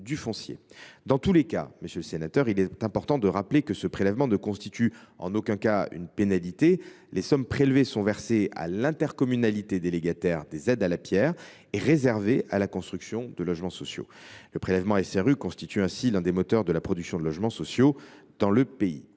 Dans tous les cas, il est essentiel de rappeler que ce prélèvement ne constitue en aucun cas une pénalité. Les sommes prélevées sont versées à l’intercommunalité délégataire des aides à la pierre et réservées à la construction de logements sociaux. Le prélèvement SRU est ainsi l’un des moteurs de la production de logements sociaux dans le pays.